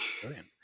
Brilliant